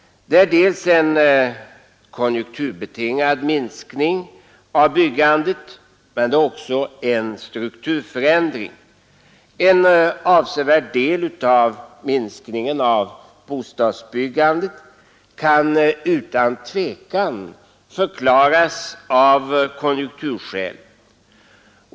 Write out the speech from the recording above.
Det är dels en konjunkturbetingad minskning av bostadsbyggandet, dels en strukturförändring. En avsevärd del av minskningen i bostadsbyggandet kan utan tvivel förklaras av konjunkturskäl.